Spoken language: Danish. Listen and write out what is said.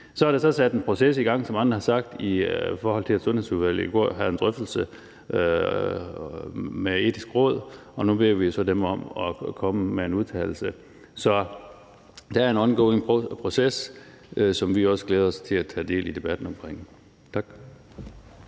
Så er der sat en proces i gang, som andre har sagt, i forhold til at Sundhedsudvalget i går havde en drøftelse med Det Etiske Råd, og nu beder vi dem jo så om at komme med en udtalelse. Så der er en proces i gang, som vi også glæder os til at tage del i debatten omkring. Tak.